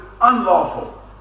unlawful